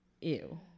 ew